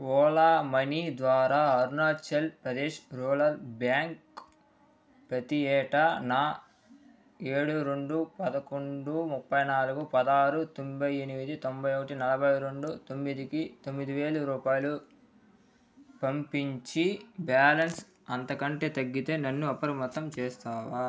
Ola money ద్వారా Arunachal Pradesh rural bank ప్రతి ఏటా నా ఏడు రెండు పదకొండు ముప్పై నాలుగు పదారు తొంభై ఎనిమిది తొంభై ఒకటి నలభై రెండు తొమ్మిదికి తొమ్మిది వేలు రూపాయలు పంపించి బ్యాలన్స్ అంతకంటే తగ్గితే నన్ను అప్రమత్తం చేస్తావా